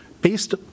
based